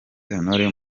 sentore